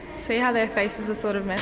see how their faces are sort of